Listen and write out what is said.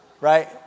right